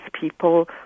people